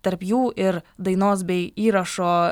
tarp jų ir dainos bei įrašo